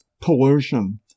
pollution